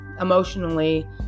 emotionally